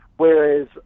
Whereas